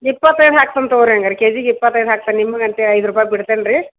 ಇಪ್ಪತ್ತೈದು ಹಾಕ್ತೀನಿ ತಗೊರೀ ಹಂಗಾರೆ ಕೆ ಜಿಗೆ ಇಪ್ಪತ್ತೈದು ಹಾಕ್ತೆನೆ ನಿಮ್ಗೆ ಅಂತೇಳಿ ಐದು ರೂಪಾಯಿ ಬಿಡ್ತೇನೆ ರೀ